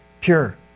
pure